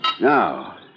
Now